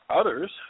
others